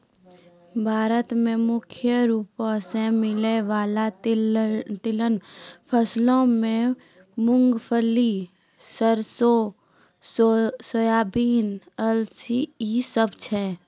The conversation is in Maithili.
भारत मे मुख्य रूपो से मिलै बाला तिलहन फसलो मे मूंगफली, सरसो, सोयाबीन, अलसी इ सभ छै